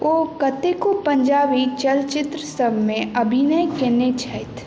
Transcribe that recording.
ओ कतेको पञ्जाबी चलचित्रसभमे अभिनय कयने छथि